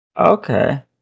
Okay